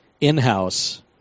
in-house